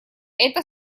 это